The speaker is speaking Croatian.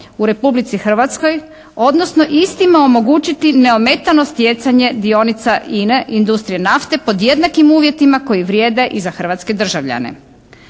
u Republici Hrvatskoj odnosno istima omogućiti neometano stjecanje dionica INA-e, industrije nafte pod jednakim uvjetima koji vrijede i za hrvatske državljane.